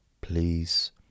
Please